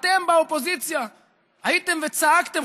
אתם באופוזיציה הייתם וצעקתם,